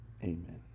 Amen